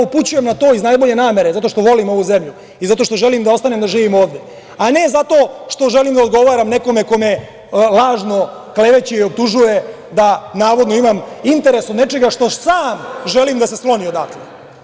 Upućujem na to iz najbolje namere, zato što volim ovu zemlju i zato što želim da ostanem da živim ovde, a ne zato što želim da odgovaram nekome lažno kleveće i optužuje da navodno imam interes od nečega što sam želim da se skloni odatle.